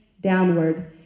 downward